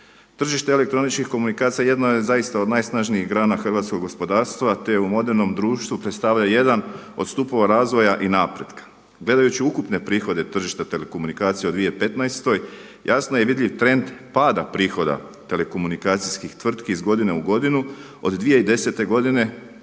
Tržište elektroničkih komunikacija jedno od zaista najsnažnijih grana hrvatskog gospodarstva, te u modernom društvu predstavlja jedan od stupova razvoja i napretka. Gledajući ukupne prihode tržišta telekomunikacija u 2015. jasno je vidljiv trend pada prihoda telekomunikacijskih tvrtki iz godine u godinu od 2010. godine